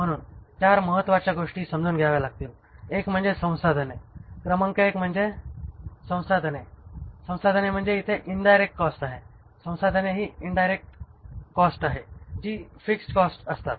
म्हणून 4 महत्त्वाच्या गोष्टी समजून घ्याव्या लागतील क्रमांक 1 म्हणे संसाधने संसाधने म्हणजे इथे इन्डायरेक्ट कॉस्ट आहे संसाधने हि इंडिरेक्ट कॉस्ट आहे ज्या की फिक्स्ड कॉस्ट असतात